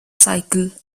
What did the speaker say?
cycle